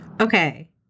Okay